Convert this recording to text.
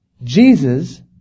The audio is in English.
Jesus